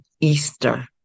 Easter